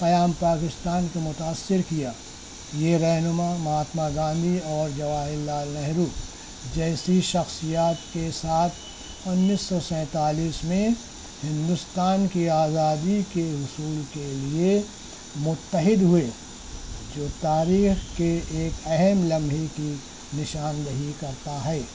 قیام پاکستان کو متأثر کیا یہ رہنما مہاتما گاندھی اور جواہر لعل نہرو جیسی شخصیات کے ساتھ انیس سو سینتالیس میں ہندوستان کی آزادی کے حصول کے لیے متحد ہوئے جو تاریخ کے ایک اہم لمحہ کی نشاندہی کرتا ہے